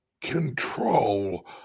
control